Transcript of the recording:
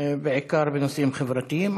בעיקר בנושאים חברתיים.